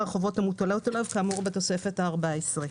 החובות המוטלות עליו כאמור בתוספת הארבע-עשרה.